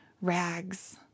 rags